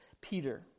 Peter